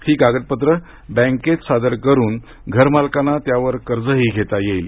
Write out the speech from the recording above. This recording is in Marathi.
ही कागदपत्र बँकेत सादर करून घरमालकांना त्यावर कर्जही घेता येईल